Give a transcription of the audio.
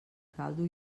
caldo